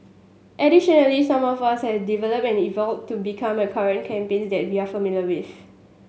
additionally some have also developed and evolved to become the current campaign that we are familiar with